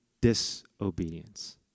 disobedience